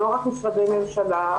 לא רק משרדי ממשלה,